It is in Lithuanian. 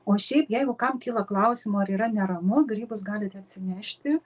o šiaip jeigu kam kyla klausimų ar yra neramu grybus galite atsinešti